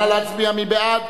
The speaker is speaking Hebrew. נא להצביע, מי בעד?